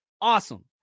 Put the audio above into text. Awesome